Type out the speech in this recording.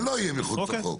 זה לא יהיה מחוץ לחוק.